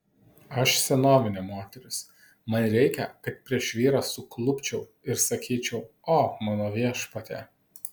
aš senovinė moteris man reikia kad prieš vyrą suklupčiau ir sakyčiau o mano viešpatie